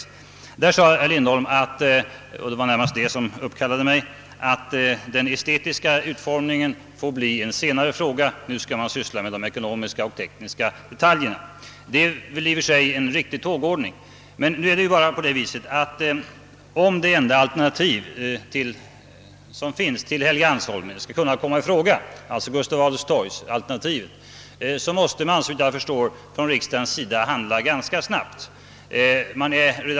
I det sammanhanget sade herr Lindholm, och det var närmast det som uppkallade mig, att den estetiska utformningen fick bli en senare fråga. Nu skulle man främst syssla med de ekonomiska och tekniska detaljerna. Det är väl i och för sig en riktig tågordning, men om det enda alternativet till Helgeandsholmen är Gustav Adolfs torg, så måste riksdagen, såvitt jag förstår, handla ganska snabbt.